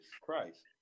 Christ